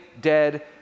dead